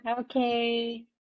Okay